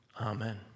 Amen